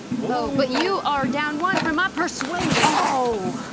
oh, but you are down one from my persuader. oh!